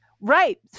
Right